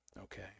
okay